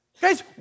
Guys